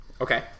Okay